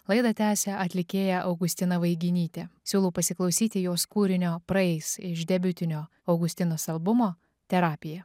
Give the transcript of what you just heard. laidą tęsia atlikėja augustina vaiginytė siūlau pasiklausyti jos kūrinio praeis iš debiutinio augustinos albumo terapija